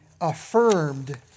affirmed